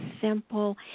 simple